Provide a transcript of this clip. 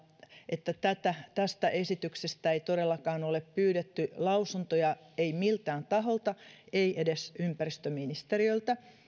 että tästä esityksestä ei todellakaan ole pyydetty lausuntoja ei miltään taholta ei edes ympäristöministeriöltä